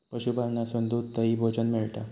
पशूपालनासून दूध, दही, भोजन मिळता